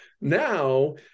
now